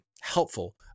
helpful